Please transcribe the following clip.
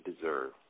deserve